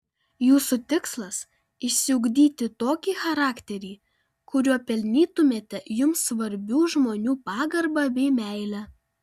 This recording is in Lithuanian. jūsų tikslas išsiugdyti tokį charakterį kuriuo pelnytumėte jums svarbių žmonių pagarbą bei meilę